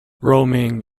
roaming